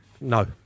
No